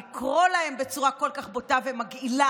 לקרוא להם בצורה כל כך בוטה ומגעילה,